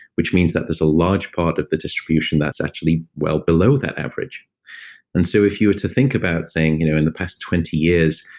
which means that there's a large part of the distribution that's actually well below that average and so if you were to think about, say you know in the past twenty years,